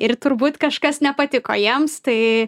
ir turbūt kažkas nepatiko jiems tai